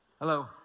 Hello